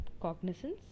cognizance